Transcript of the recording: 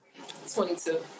22